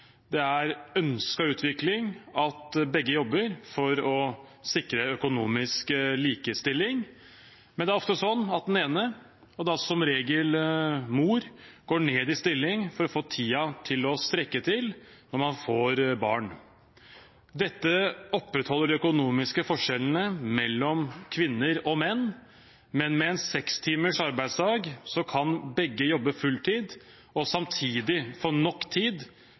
Det er en ønsket utvikling at begge jobber, for å sikre økonomisk likestilling, men det er ofte sånn at den ene – og da som regel mor – går ned i stilling for å få tiden til å strekke til når man får barn. Dette opprettholder de økonomiske forskjellene mellom kvinner og menn, men med en seks timers arbeidsdag kan begge jobbe fulltid og samtidig få nok tid